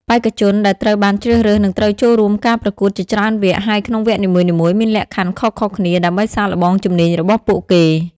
បេក្ខជនដែលត្រូវបានជ្រើសរើសនឹងត្រូវចូលរួមការប្រកួតជាច្រើនវគ្គ ហើយក្នុងវគ្គនីមួយៗមានលក្ខខណ្ឌខុសៗគ្នាដើម្បីសាកល្បងជំនាញរបស់ពួកគេ។